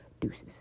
deuces